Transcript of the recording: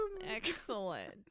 Excellent